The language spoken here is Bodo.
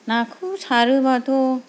नाखौ सारोबाथ'